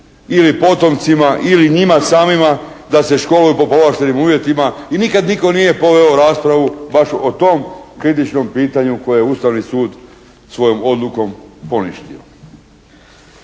ili potomcima ili njima samima da se školuju po povlaštenim uvjetima i nikad nitko nije poveo raspravu baš o tom kritičnom pitanju koje je Ustavni sud svojom odlukom poništio.